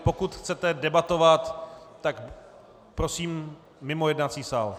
Pokud chcete debatovat, tak prosím mimo jednací sál.